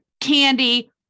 candy